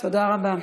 תודה רבה.